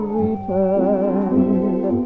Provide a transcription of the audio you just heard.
returned